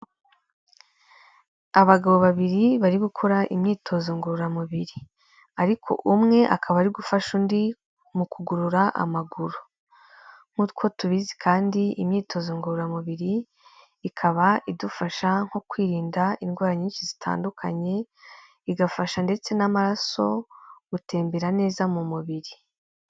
Abagabo babiri bari gukora imyitozo ngororamubiri, ariko umwe akaba ari gufasha undi mu kugorora amaguru, nk'uko tubizi kandi imyitozo ngororamubiri ikaba idufasha nko kwirinda indwara nyinshi zitandukanye igafasha ndetse n'amaraso gutembera neza mu mubiri.